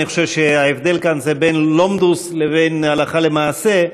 אני חושב שההבדל כאן זה בין "לומדעס" לבין הלכה למעשה,